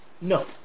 No